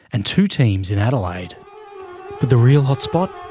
and two teams in adelaide. but the real hotspot?